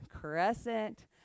crescent